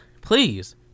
Please